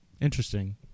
Interesting